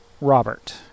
Robert